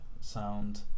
sound